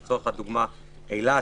לצורך הדוגמה אילת,